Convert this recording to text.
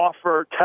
offer